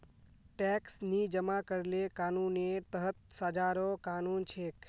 tax नी जमा करले कानूनेर तहत सजारो कानून छेक